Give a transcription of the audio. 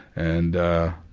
and ah,